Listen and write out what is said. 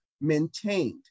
maintained